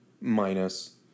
minus